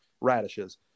radishes